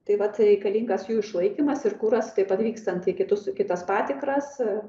taip vat reikalingas jų išlaikymas ir kuras taip pat vykstant į kitus kitas patikras